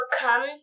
come